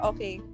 Okay